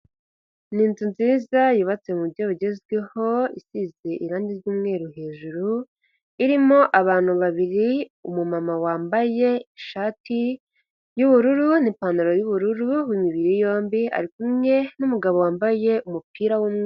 Ni inzu nziza yubatse muburyo bugezweho isize irangi ry'umweru hejuru, irimo abantu babiri umumama wambaye ishati y'ubururu n'ipantaro y'ubururu, w'imibiri yombi ari kumwe n'umugabo wambaye umupira w'umweru.